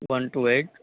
one two eight